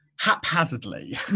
Haphazardly